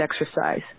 exercise